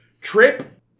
Trip